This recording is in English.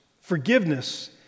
Forgiveness